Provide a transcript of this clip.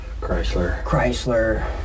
Chrysler